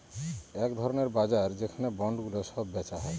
এক ধরনের বাজার যেখানে বন্ডগুলো সব বেচা হয়